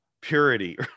purity